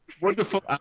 wonderful